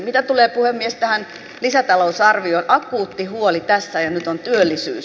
mitä tulee puhemies tähän lisätalousarvioon akuutti huoli tässä ja nyt on työllisyys